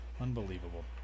unbelievable